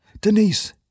Denise